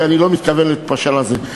כי אני לא מתכוון להתפשר על זה.